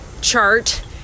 chart